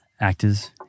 actors